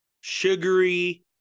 sugary